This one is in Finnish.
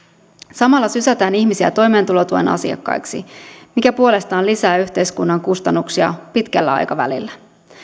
samalla sysätään ihmisiä toimeentulotuen asiakkaiksi mikä puolestaan lisää yhteiskunnan kustannuksia pitkällä aikavälillä